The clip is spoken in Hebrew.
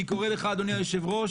אני קורא לך אדוני היושב-ראש,